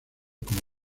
como